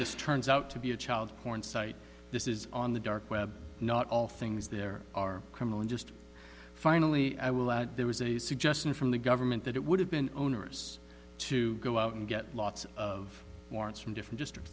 this turns out to be a child porn site this is on the dark web not all things there are criminal and just finally there was a suggestion from the government that it would have been owners to go out and get lots of warrants from different district